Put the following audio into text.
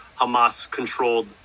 Hamas-controlled